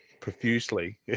profusely